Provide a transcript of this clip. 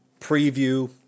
preview